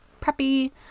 preppy